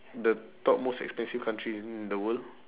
the top most expensive country in the world